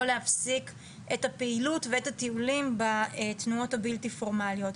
להפסיק את הפעילות ואת הטיולים בתנועות הבלתי פורמליות.